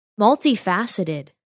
multifaceted